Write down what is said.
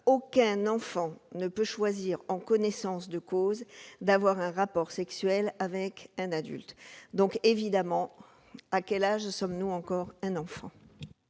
Aucun enfant ne peut choisir en connaissance de cause d'avoir un rapport sexuel avec un adulte. » Jusqu'à quel âge est-on encore un enfant ?